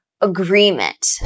agreement